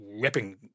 ripping